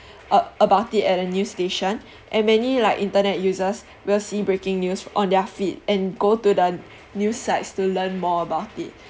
a~ about it at a news station and many like internet users will see breaking news on their feed and go to the news sites to learn more about it